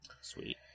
Sweet